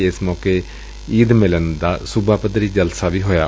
ਏਸ ਮੌਕੇ ਈਦ ਮਿਲਨ ਦਾ ਸੂਬਾ ਪੱਧਰੀ ਜਲਸਾ ਵੀ ਕੀਤਾ ਗਿਆ